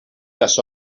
les